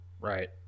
right